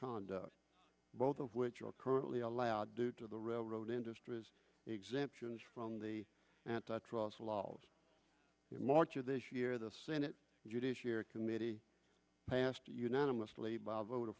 conduct both of which are currently allowed due to the railroad industry has exemptions from the antitrust laws in march of this year the senate judiciary committee passed unanimously by a vote o